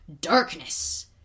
Darkness